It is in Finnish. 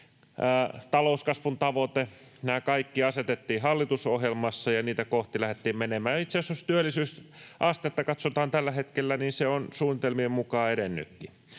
talouskasvun tavoite, nämä kaikki asetettiin hallitusohjelmassa, ja niitä kohti lähdettiin menemään. Ja itse asiassa, jos työllisyysastetta katsotaan tällä hetkellä, niin se on suunnitelmien mukaan edennytkin.